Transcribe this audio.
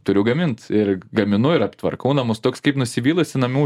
turiu gamint ir gaminu ir aptvarkau namus toks kaip nusivylusi namų